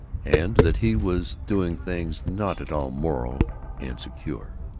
and that he was doing things not at all moral and secure.